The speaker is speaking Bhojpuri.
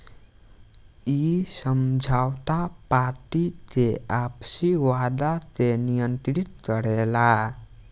इ समझौता पार्टी के आपसी वादा के नियंत्रित करेला